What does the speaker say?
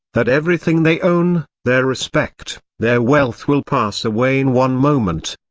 that everything they own, their respect, their wealth will pass away in one moment.